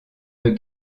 deux